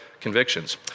convictions